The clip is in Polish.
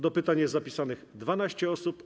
Do pytań jest zapisanych 12 osób.